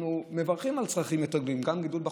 אנחנו מברכים על צרכים יותר גדולים,